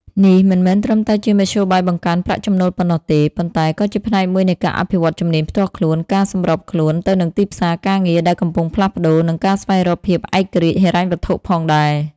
នេះមិនមែនត្រឹមតែជាមធ្យោបាយបង្កើនប្រាក់ចំណូលប៉ុណ្ណោះទេ ប៉ុន្តែក៏ជាផ្នែកមួយនៃការអភិវឌ្ឍជំនាញផ្ទាល់ខ្លួន ការសម្របខ្លួនទៅនឹងទីផ្សារការងារដែលកំពុងផ្លាស់ប្តូរ និងការស្វែងរកភាពឯករាជ្យហិរញ្ញវត្ថុផងដែរ។